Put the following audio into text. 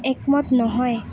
একমত নহয়